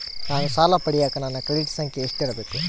ನಾನು ಸಾಲ ಪಡಿಯಕ ನನ್ನ ಕ್ರೆಡಿಟ್ ಸಂಖ್ಯೆ ಎಷ್ಟಿರಬೇಕು?